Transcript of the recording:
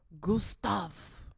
Gustav